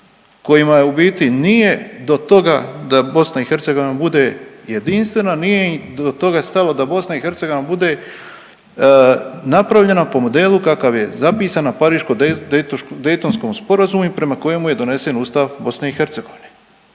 kojima u biti nije do toga da BiH bude jedinstvena, nije im do toga stalo da BiH bude napravljena po modelu kakav je zapisana Pariško-daytonskom sporazumom i prema kojemu je donesen Ustav BiH. Njih to ne